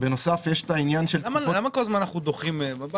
למה כל הזמן אנחנו דוחים?